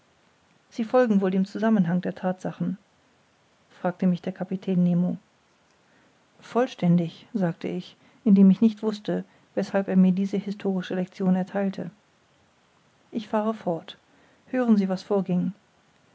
sie folgen wohl dem zusammenhang der thatsachen fragte mich der kapitän nemo vollständig sagte ich indem ich noch nicht wußte weshalb er mir diese historische lection ertheilte ich fahre fort hören sie was vorging